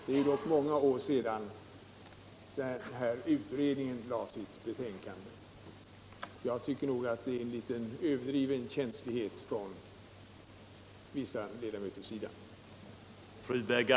Det är dock många år sedan utredningen Jade sitt betänkande. Jag tycker att det särskilda yttrandet vittnar om en överdriven känslighet från vissa ledamöters sida.